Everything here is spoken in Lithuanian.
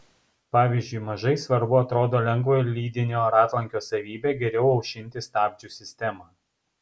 pavyzdžiui mažai svarbu atrodo lengvojo lydinio ratlankio savybė geriau aušinti stabdžių sistemą